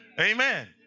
Amen